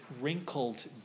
wrinkled